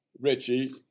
Richie